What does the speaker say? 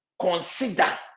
consider